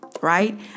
right